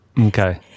Okay